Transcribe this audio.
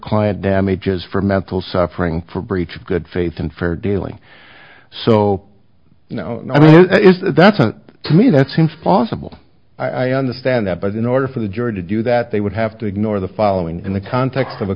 client damages for mental suffering for breach of good faith and fair dealing so you know i mean that's not to me that's since possible i understand that but in order for the jury to do that they would have to ignore the following in the context of a